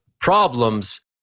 problems